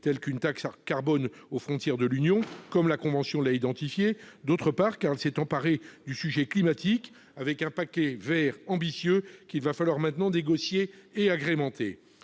tels qu'une taxe carbone aux frontières de l'Union européenne, comme la Convention l'a identifiée ; d'autre part, parce qu'elle s'est emparée du sujet climatique avec un paquet vert ambitieux qu'il va maintenant falloir négocier et agrémenter.